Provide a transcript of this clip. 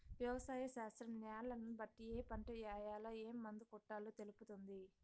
వ్యవసాయ శాస్త్రం న్యాలను బట్టి ఏ పంట ఏయాల, ఏం మందు కొట్టాలో తెలుపుతుంది